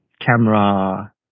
camera